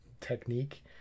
technique